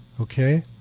okay